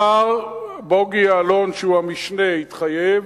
השר בוגי יעלון, שהוא המשנה, התחייב.